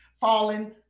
falling